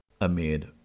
Amid